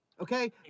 okay